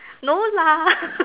no lah